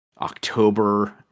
October